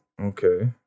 Okay